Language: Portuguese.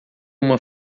uma